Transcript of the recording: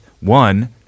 one